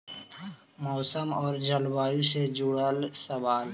मौसम और जलवायु से जुड़ल सवाल?